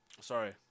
Sorry